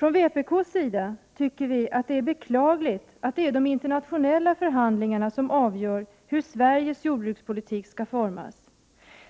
Jordoch skogsbruk, Vi från vpk:s sida tycker att det är beklagligt att det är de internationella tr förhandlingarna som avgör hur Sveriges jordbrukspolitik skall utformas.